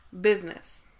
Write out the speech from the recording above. business